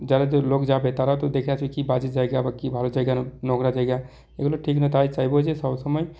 যারা তো লোক যাবে তারাও তো দেখে আসবে কী বাজে জায়গা বা কী ভালো জায়গা না নোংরা জায়গা এগুলো ঠিক না তাই চাইবো যে সবসময়